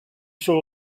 sur